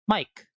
Mike